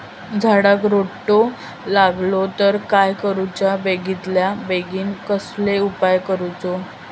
झाडाक रोटो लागलो तर काय करुचा बेगितल्या बेगीन कसलो उपाय करूचो?